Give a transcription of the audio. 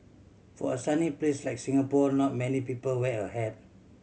for a sunny place like Singapore not many people wear a hat